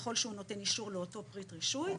ככל שהוא נותן אישור לאותו פריט רישוי.